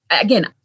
Again